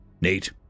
Nate